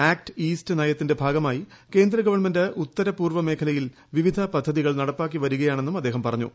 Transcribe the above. act east നയത്തിന്റെ ഭാഗമായി ക്യോന്ദഗവണ്മെന്റ് ഉത്തര പൂർവ മേഖലയിൽ വിവിധ പദ്ധതികൾ നടപ്പാക്കി വരികയാണെന്നും അദ്ദേഹം പറഞ്ഞു